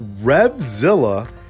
Revzilla